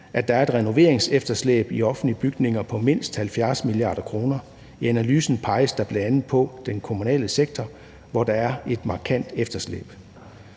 at der er et renoveringsefterslæb i offentlige bygninger på mindst 70 mia. kr. I analysen peges der bl.a. på den kommunale sektor, hvor der er et markant efterslæb.